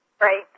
Right